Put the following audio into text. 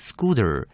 Scooter